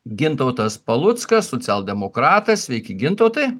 gintautas paluckas socialdemokratas sveiki gintautai